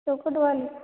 चौखट वाली